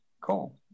cool